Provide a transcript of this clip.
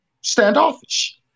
standoffish